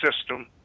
system